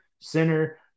center